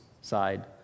side